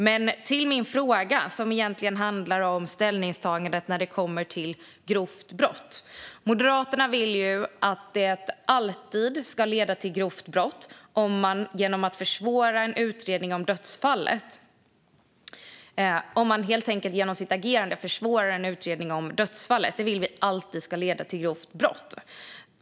Men min fråga handlar om ställningstagandet när det kommer till grovt brott. Moderaterna vill att det alltid ska utgöra grovt brott om man genom sitt agerande försvårar en utredning om ett dödsfall.